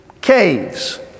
Caves